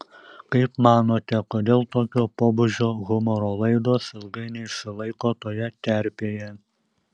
kaip manote kodėl tokio pobūdžio humoro laidos ilgai neišsilaiko toje terpėje